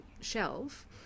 shelf